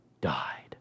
died